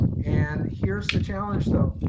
and here's the challenge though.